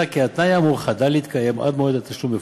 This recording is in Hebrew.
כי התנאי האמור חדל להתקיים עד מועד התשלום בפועל.